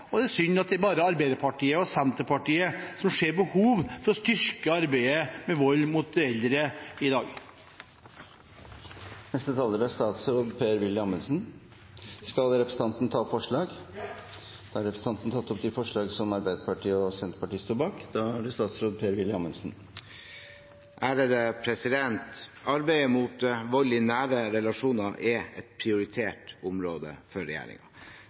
dag. Det er synd at det bare er Arbeiderpartiet og Senterpartiet som ser behov for å styrke arbeidet mot vold mot eldre. Representanten Jorodd Asphjell har tatt opp de forslagene han refererte til. Arbeidet mot vold i nære relasjoner er et prioritert område for